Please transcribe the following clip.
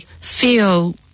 feel